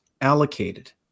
allocated